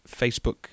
Facebook